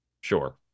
Sure